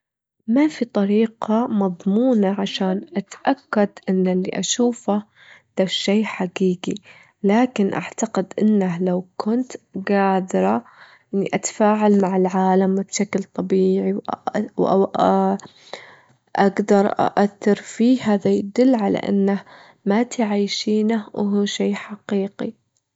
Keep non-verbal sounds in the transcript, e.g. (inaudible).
ما في طريقة مضمونة عشان أتأكد إن اللي أشوفه دة الشي حقيقي، لكن أعتقد إنه لو كنت جادرة إني أتفاعل مع العالم بشكل طبيعي، (hesitation) وأجدر ءأثر فيه هذا يدل على إنه ما تعيشينه هو شي حقيقي.